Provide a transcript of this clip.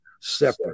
separate